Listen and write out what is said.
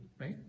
right